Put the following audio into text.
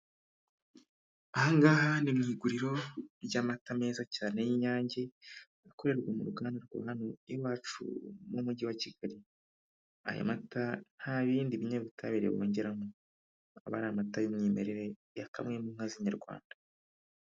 Aha ngaha ni mu iguriro ry'amata meza cyane y'inyange akorerwa mu ruganda rwa hano rw'iwacu mu mujyi wa Kigali, aya mata nta bindi binyabutabire bongeramo aba ari amata y'umwimerere ya kamwe mu nka z'inyarwanda.